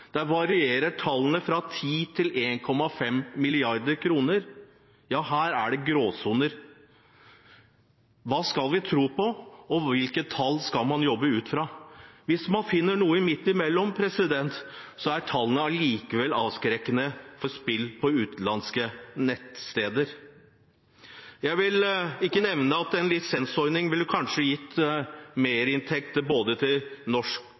tallene varierer fra 1,5 mrd. kr til 10 mrd. kr, så her er det gråsoner. Hva skal vi tro på, og hvilke tall skal man jobbe ut fra? Hvis man finner noe midt imellom, er tallene allikevel avskrekkende for spill på utenlandske nettsteder. Jeg vil ikke nevne at en lisensordning kanskje ville gitt merinntekt til både norsk